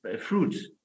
fruits